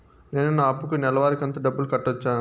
నేను నా అప్పుకి నెలవారి కంతు డబ్బులు కట్టొచ్చా?